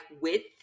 width